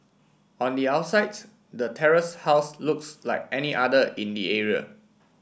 on the outside the terraced house looks like any other in the area